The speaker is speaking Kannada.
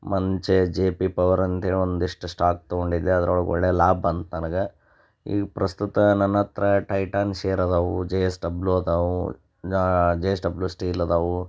ಮಂಚೆ ಜೆ ಪಿ ಪವರ್ ಅಂತೇಳಿ ಒಂದಿಷ್ಟು ಶ್ಟಾಕ್ ತೊಗೊಂಡಿದ್ದೆ ಅದ್ರೊಳಗೆ ಒಳ್ಳೆಯ ಲಾಭ ಬಂತು ನನಗೆ ಈಗ ಪ್ರಸ್ತುತ ನನ್ನ ಹತ್ರ ಟೈಟಾನ್ ಷೇರ್ ಅದಾವೆ ಜೆ ಎಸ್ ಡಬ್ಲ್ಯೂ ಅದಾವೆ ಜೆ ಎಸ್ ಡಬ್ಲ್ಯೂ ಸ್ಟೀಲ್ ಅದಾವೆ